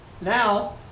Now